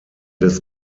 des